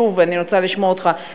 אני רוצה לשמוע אותך,